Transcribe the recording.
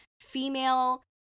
female